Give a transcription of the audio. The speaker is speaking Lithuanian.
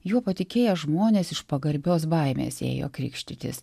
juo patikėję žmonės iš pagarbios baimės ėjo krikštytis